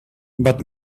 but